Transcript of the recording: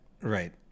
Right